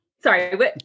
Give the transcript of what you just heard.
Sorry